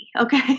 okay